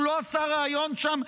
הוא לא עשה ריאיון שם.